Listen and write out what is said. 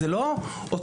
זה לא אוטומטי.